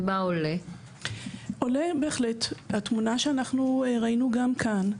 עולה בהחלט התמונה שאנחנו ראינו גם כאן.